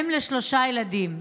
אם לשלושה ילדים.